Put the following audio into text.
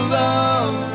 love